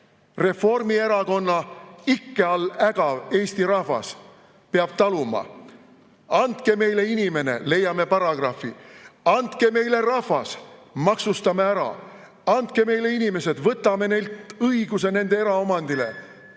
Reformierakonna ikke all ägav Eesti rahvas peab taluma. Andke meile inimene, leiame paragrahvi! Andke meile rahvas, maksustame ära! Andke meile inimesed, võtame neilt õiguse nende eraomandile!